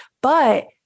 but-